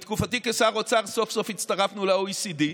בתקופתי כשר אוצר סוף-סוף הצטרפנו ל-OECD.